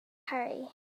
hurry